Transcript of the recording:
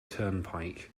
turnpike